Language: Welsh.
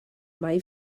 mai